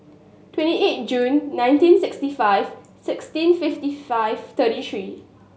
twenty eight June nineteen sixty five sixteen fifty five thirty three